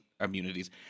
immunities